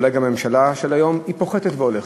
ואולי גם הממשלה של היום פוחתת והולכת.